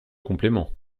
complément